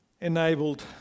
enabled